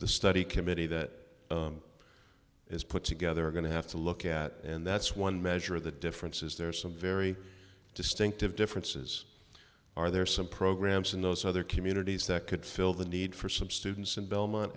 the study committee that is put together we're going to have to look at and that's one measure of the differences there are some very distinctive differences are there some programs in those other communities that could fill the need for some students in belmont